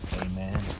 Amen